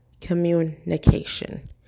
communication